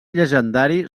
llegendari